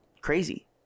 crazy